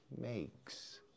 makes